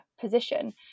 position